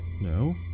No